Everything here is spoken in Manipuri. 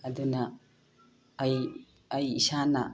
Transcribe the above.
ꯑꯗꯨꯅ ꯑꯩ ꯑꯩ ꯏꯁꯥꯅ